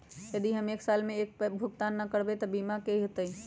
यदि हम एक साल तक पैसा भुगतान न कवै त हमर बीमा के की होतै?